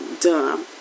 dumb